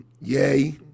yay